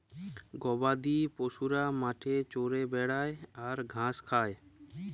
গবাদি পশুরা মাঠে চরে বেড়ায় আর ঘাঁস খায়